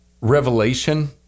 revelation